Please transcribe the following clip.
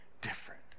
different